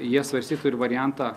jie svarstytų ir variantą